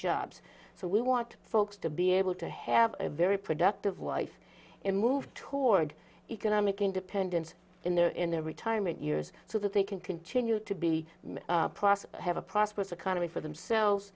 jobs so we want folks to be able to have a very productive life and move toward economic independence in their in their retirement years so that they can continue to be have a prosperous economy for themselves